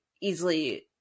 easily